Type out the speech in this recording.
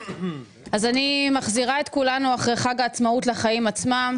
אז אני מחזירה את כולנו לחיים עצמם,